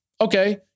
Okay